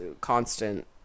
constant